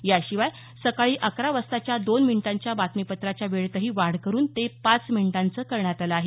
याशिवाय सकाळी अकरा वाजताच्या दोन मिनिटांच्या बातमी पत्राच्या वेळेतही वाढ करून ते पाच मिनिटांचं करण्यात आलं आहे